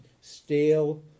stale